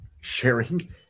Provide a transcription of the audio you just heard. sharing